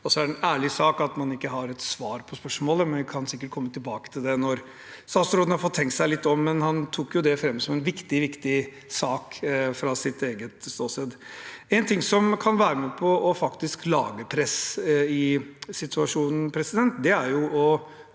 er det en ærlig sak at man ikke har et svar på spørsmålet, men vi kan sikkert komme tilbake til det når statsråden har fått tenkt seg litt om. Han tok det jo fram som en viktig sak fra sitt eget ståsted. Én ting som kan være med på å lage press i situasjonen, er å